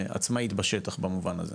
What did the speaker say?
כעצמאית בשטח במובן הזה.